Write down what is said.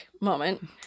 moment